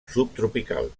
subtropical